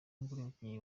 umukinnyikazi